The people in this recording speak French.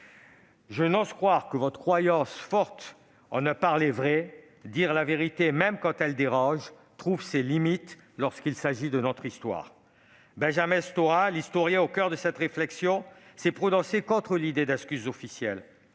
Je n'ose croire que votre croyance forte en un « parler vrai », en d'autres termes dire la vérité même quand elle dérange, atteindrait ses limites lorsqu'il s'agit de notre histoire. Benjamin Stora, l'un des historiens au coeur de cette réflexion, s'est prononcé contre l'idée d'excuses officielles.